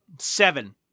Seven